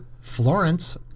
florence